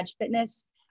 Fitness